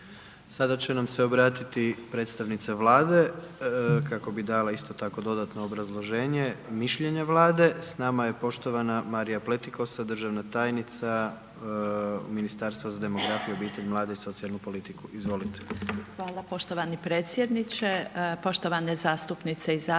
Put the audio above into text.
Sada će nam se obratiti predstavnica Vlade kako bi dala isto tako dodatno obrazloženje, mišljenje Vlade, s nama je poštovana Marija Pletikosa, državna tajnica Ministarstva za demografiju, obitelj, mlade i socijalnu politiku, izvolite. **Pletikosa, Marija** Hvala poštovani predsjedniče, poštovane zastupnice i zastupnici,